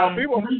people